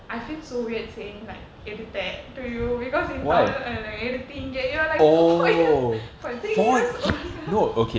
I feel so weird saying like எடுத்த:edutha to you because in tamil I like எடுத்தீங்க:edutheenka you're like four years three years older